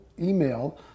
email